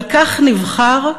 על כך נבחר,